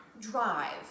drive